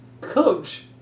Coach